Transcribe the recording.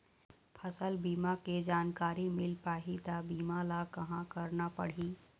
फसल बीमा के जानकारी मिल पाही ता बीमा ला कहां करना पढ़ी?